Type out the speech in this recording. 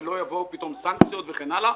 ולא יבואו פתאום סנקציות וכן הלאה.